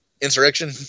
insurrection